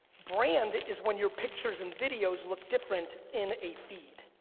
brand is when your pictures and videos look different in a feed.